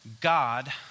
God